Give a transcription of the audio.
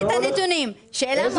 תציג את הנתונים, בקשה מאוד פשוטה.